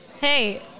hey